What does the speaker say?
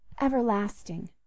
everlasting